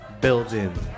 Building